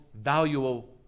valuable